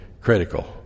critical